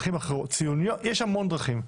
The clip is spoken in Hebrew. יש המון דברים.